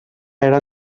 era